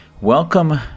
welcome